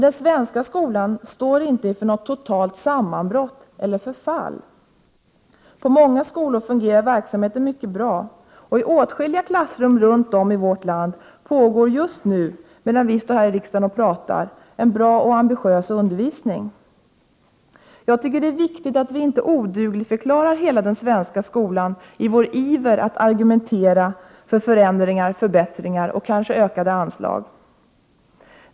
Den svenska skolan står inte inför något totalt sammanbrott eller förfall. På många skolor fungerar verksamheten mycket bra, och i åtskilliga klassrum runt om i vårt land pågår just nu, medan vi står här i riksdagen och pratar, en bra och ambitiös undervisning. Jag tycker det är viktigt att vi inte odugligförklarar hela den svenska skolan i vår iver att argumentera för förändringar, förbättringar och kanske ökade anslag.